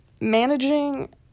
Managing